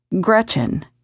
Gretchen